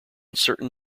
certain